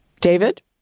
David